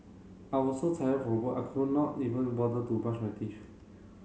I was so tired from work I could not even bother to brush my teeth